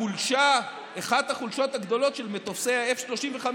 אחת החולשות הגדולות של מטוסי ה-F-35,